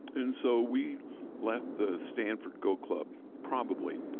and so we left the stanford go club, probably,